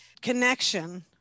connection